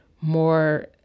more